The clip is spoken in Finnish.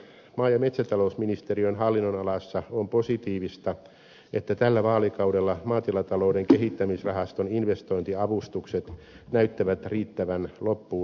maa ja metsätalousministeriön hallinnonalassa on positiivista että tällä vaalikaudella maatilatalouden kehittämisrahaston investointiavustukset näyttävät riittävän loppuun asti